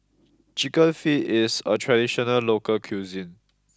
Chicken Feet is a traditional local cuisine